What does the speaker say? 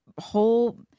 whole